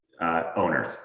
owners